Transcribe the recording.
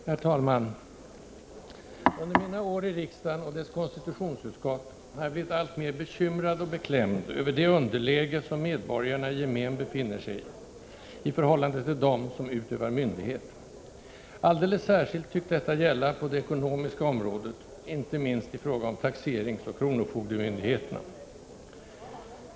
Herr talman! Under mina år i riksdagen och dess konstitutionsutskott har jag blivit alltmer bekymrad och beklämd över det underläge som medborgarna i gemen befinner sig i, i förhållande till dem som utövar myndighet. Alldeles särskilt tycks detta gälla på det ekonomiska området, inte minst i fråga om taxeringsoch kronofogdemyndigheterna.